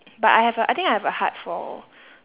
but I have a I think I have a heart for